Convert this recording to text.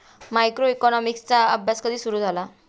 मायक्रोइकॉनॉमिक्सचा अभ्यास कधी सुरु झाला?